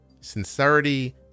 sincerity